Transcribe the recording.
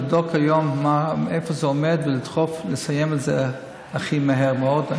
לבדוק היום איפה זה עומד ולדחוף לסיים את זה מהר מאוד.